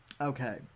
Okay